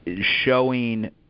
showing